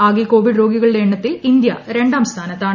ആകെ കോവിഡ് രോഗികളുടെ എണ്ണത്തിൽ ഇന്ത്യ രണ്ടാം സ്ഥാനത്താണ്